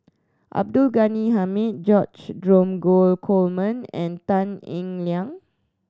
Abdul Ghani Hamid George Dromgold Coleman and Tan Eng Liang